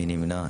מי נמנע?